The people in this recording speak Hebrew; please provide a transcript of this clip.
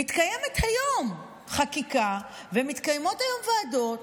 מתקיימת היום חקיקה ומתקיימות היום ועדות,